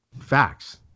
facts